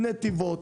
נתיבות,